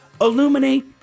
illuminate